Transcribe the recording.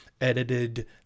edited